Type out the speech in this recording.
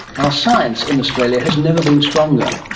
our science, in australia, has never been stronger.